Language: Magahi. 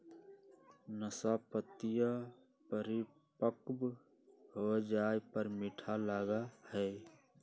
नाशपतीया परिपक्व हो जाये पर मीठा लगा हई